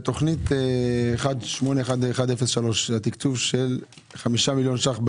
בתוכנית 181103, התקצוב של 5 מיליון ש"ח,